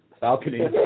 balcony